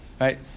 Right